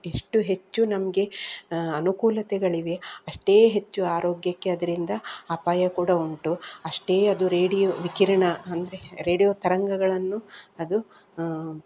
ಎಷ್ಟು ಹೆಚ್ಚು ನಮಗೆ ಅನುಕೂಲತೆಗಳಿವೆ ಅಷ್ಟೇ ಹೆಚ್ಚು ಆರೋಗ್ಯಕ್ಕೆ ಅದರಿಂದ ಅಪಾಯ ಕೂಡ ಉಂಟು ಅಷ್ಟೆ ಅದು ರೇಡಿಯೋ ವಿಕಿರಣ ಅಂದರೆ ರೇಡಿಯೋ ತರಂಗಗಳನ್ನು ಅದು